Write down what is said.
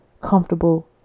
comfortable